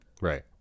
Right